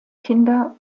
kinder